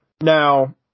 Now